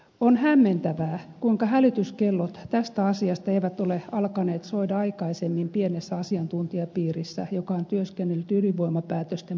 on hämmentävää kuinka hälytyskellot tästä asiasta eivät ole alkaneet soida aikaisemmin pienessä asiantuntijapiirissä joka on työskennellyt ydinvoimapäätösten parissa pitkään